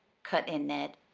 cut in ned.